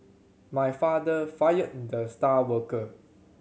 my father fired the star worker